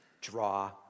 Draw